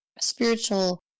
spiritual